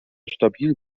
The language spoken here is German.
stabil